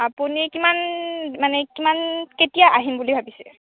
আপুনি কিমান মানে কিমান কেতিয়া আহিম বুলি ভাবিছে